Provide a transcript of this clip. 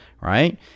right